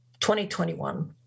2021